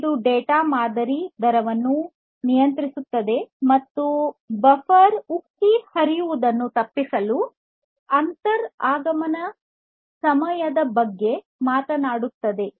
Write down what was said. ಇದು ಡೇಟಾ ಮಾದರಿ ದರವನ್ನು ನಿಯಂತ್ರಿಸುತ್ತದೆ ಮತ್ತು ಬಫರ್ ಉಕ್ಕಿ ಹರಿಯುವುದನ್ನು ತಪ್ಪಿಸಲು ಅಂತರ ಆಗಮನದ ಸಮಯದ ಬಗ್ಗೆ ಹೇಳುತ್ತದೆ